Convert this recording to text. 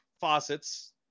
faucets